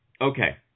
Okay